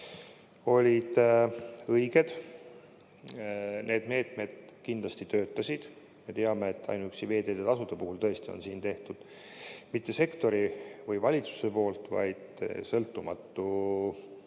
olid õiged. Need meetmed kindlasti töötasid. Me teame, et ainuüksi veeteetasude puhul tõesti on siin tehtud mitte sektori või valitsuse poolt, vaid sõltumatu hindaja